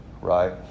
right